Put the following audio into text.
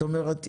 זאת אומרת,